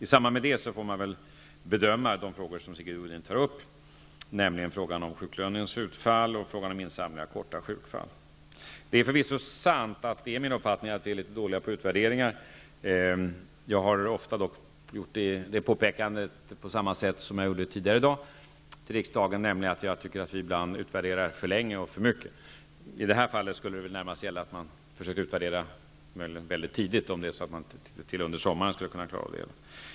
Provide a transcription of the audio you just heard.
I samband med det arbetet får man väl bedöma de frågor som Sigge Godin tar upp, nämligen frågan om sjuklönens utfall och frågan om insamling av uppgifter beträffande korttidssjuka. Det är förvisso sant att det är min uppfattning att vi är litet dåliga på utvärderingar. Jag har ofta gjort samma påpekande som det jag gjorde tidigare i dag för riksdagen, nämligen att jag tycker att vi ibland utvärderar för länge och för mycket. I det här fallet skulle det väl närmast vara fråga om att försöka utvärdera väldigt tidigt. Möjligen skulle man kunna klara det under sommaren.